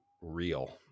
real